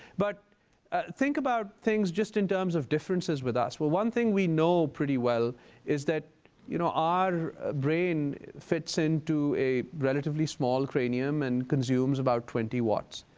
but think about things just in terms of differences with us. well, one thing we know pretty well is that you know our brain fits into a relatively small cranium and consumes about twenty watts.